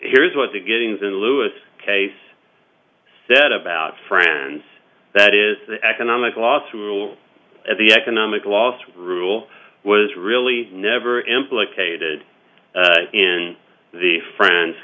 here's what they're getting is in lewis case said about france that is the economic loss rule at the economic loss rule was really never implicated in the friend